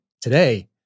today